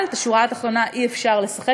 אבל עם השורה התחתונה אי-אפשר לשחק: